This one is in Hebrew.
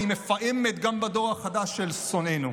והוא מפעם גם בדור החדש של שונאינו.